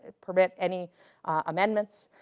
permit any amendments.